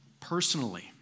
personally